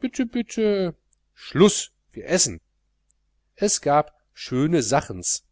bitte bitte schluß wir essen es gab schöne sachens